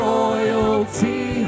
royalty